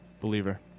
Believer